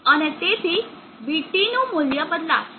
અને તેથી vT નું મૂલ્ય બદલાશે